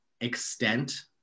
extent